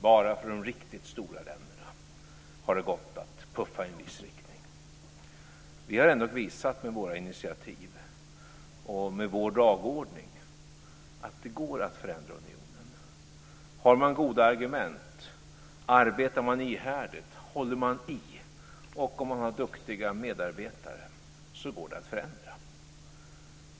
Bara för de riktigt stora länderna har det gått att puffa i en viss riktning. Vi har ändå med våra initiativ och med vår dagordning visat att det går att förändra unionen. Har man goda argument, arbetar man ihärdigt, håller man i och har man duktiga medarbetare går det att förändra.